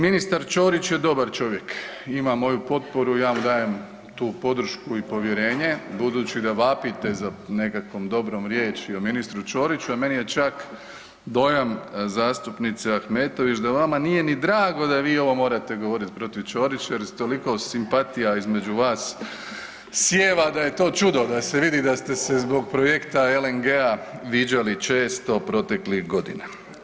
Ministar Ćorić je dobar čovjek, ima moju potporu, ja mu dajem tu podršku i povjerenje budući da vapite za nekakvom dobrom riječju o ministru Ćoriću, a meni je čak dojam zastupnice Ahmetović da vama nije ni drago da vi ovo morate govorit protiv Ćorića jer toliko simpatija između vas sijeva da je to čudo, da se vidi da ste se zbog projekta LNG-a viđali često proteklih godina.